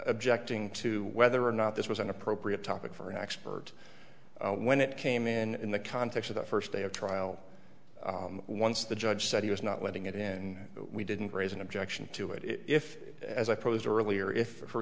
objecting to whether or not this was an appropriate topic for an expert when it came in in the context of the first day of trial once the judge said he was not letting it in but we didn't raise an objection to it if as i posed earlier if for